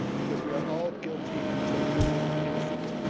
because we are all guilty until proven innocent.